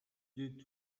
дээд